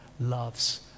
loves